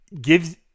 gives